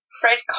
Fred